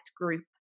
group